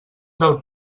del